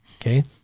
Okay